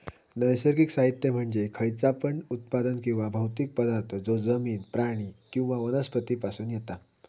नैसर्गिक साहित्य म्हणजे खयचा पण उत्पादन किंवा भौतिक पदार्थ जो जमिन, प्राणी किंवा वनस्पती पासून येता